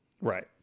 Right